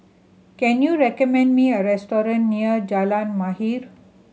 can you recommend me a restaurant near Jalan Mahir